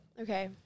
Okay